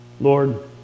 Lord